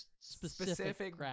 specific